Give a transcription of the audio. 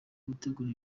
gutegura